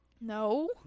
No